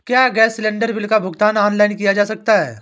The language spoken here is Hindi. क्या गैस सिलेंडर बिल का भुगतान ऑनलाइन किया जा सकता है?